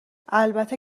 البته